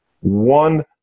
one